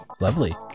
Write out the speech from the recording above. lovely